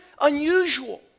unusual